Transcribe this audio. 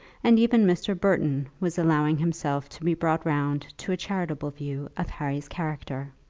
and even mr. burton was allowing himself to be brought round to a charitable view of harry's character.